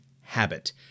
habit